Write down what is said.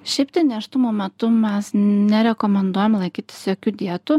šiaip tai nėštumo metu mes nerekomenduojame laikytis jokių dietų